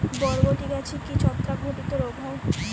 বরবটি গাছে কি ছত্রাক ঘটিত রোগ হয়?